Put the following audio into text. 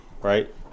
right